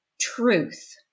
truth